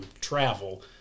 travel